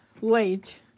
late